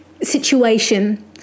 situation